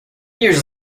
years